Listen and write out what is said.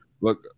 Look